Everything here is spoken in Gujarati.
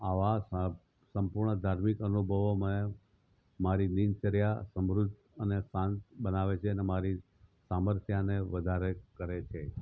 આવા સમ સંપૂર્ણ ધાર્મિક અનુભવો મેં મારી દિનચર્યા સમૃદ્ધ અને શાંત બનાવે છે ને મારી સામર્થ્યને વધારે કરે છે